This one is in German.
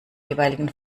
jeweiligen